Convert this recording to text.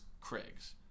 Craig's